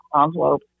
envelope